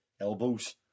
elbows